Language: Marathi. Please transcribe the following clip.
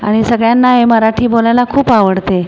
आणि सगळ्यांना हे मराठी बोलायला खूप आवडते